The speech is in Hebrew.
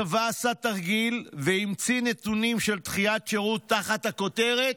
הצבא עשה תרגיל והמציא נתונים של דחיית שירות תחת הכותרת: